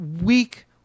weak